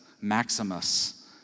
Maximus